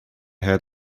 had